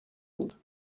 بود